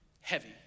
heavy